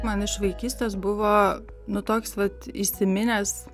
man iš vaikystės buvo nu toks vat įsiminęs